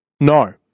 No